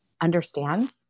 understand